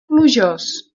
plujós